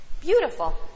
Beautiful